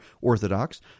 Orthodox